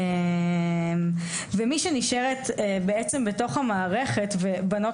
ומי שנשארת בעצם בתוך המערכת ובנות